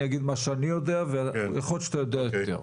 אני אגיד מה שאני יודע ויכול להיות שאתה יודע יותר.